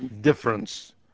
difference